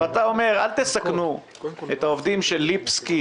אתה אומר: אל תסכנו את העובדים של ליפסקי